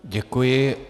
Děkuji.